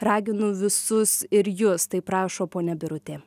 raginu visus ir jus taip rašo ponia birutė